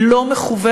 היא לא מכוונת,